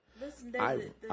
Listen